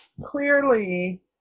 Clearly